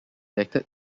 acted